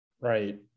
Right